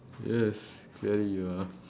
yes clearly you are